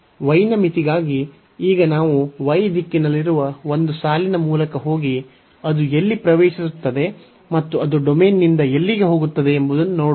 y ನ ಮಿತಿಗಾಗಿ ಈಗ ನಾವು y ದಿಕ್ಕಿನಲ್ಲಿರುವ ಒಂದು ಸಾಲಿನ ಮೂಲಕ ಹೋಗಿ ಅದು ಎಲ್ಲಿ ಪ್ರವೇಶಿಸುತ್ತದೆ ಮತ್ತು ಅದು ಡೊಮೇನ್ನಿಂದ ಎಲ್ಲಿಗೆ ಹೋಗುತ್ತದೆ ಎಂಬುದನ್ನು ನೋಡೋಣ